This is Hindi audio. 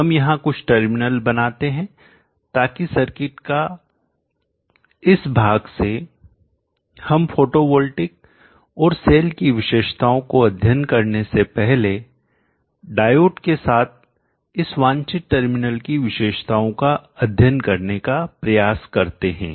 हम यहां कुछ टर्मिनल बनाते हैं ताकि सर्किट का इस भाग से हम फोटोवोल्टिक और सेल की विशेषताओं को अध्ययन करने से पहले डायोड के साथ इस वांछित टर्मिनल की विशेषताओं का अध्ययन करने का प्रयास करते हैं